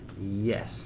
yes